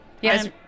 Yes